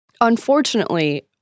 Unfortunately